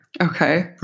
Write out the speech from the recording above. Okay